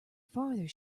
farther